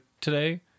today